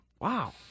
Wow